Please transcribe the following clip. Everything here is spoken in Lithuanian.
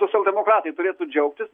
socialdemokratai turėtų džiaugtis